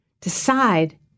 Decide